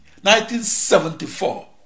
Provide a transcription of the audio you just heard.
1974